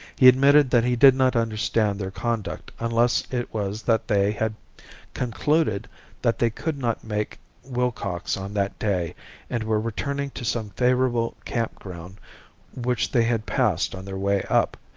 he admitted that he did not understand their conduct unless it was that they had concluded that they could not make willcox on that day and were returning to some favorable camp ground which they had passed on their way up,